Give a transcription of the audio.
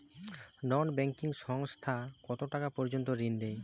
নন banking সংস্থা কতটাকা পর্যন্ত ঋণ দেয়?